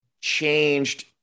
changed